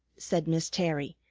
said miss terry,